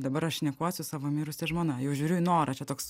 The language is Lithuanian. dabar aš šnekuos su savo mirusia žmona jau žiūriu į norą čia toks